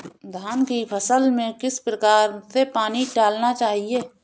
धान की फसल में किस प्रकार से पानी डालना चाहिए?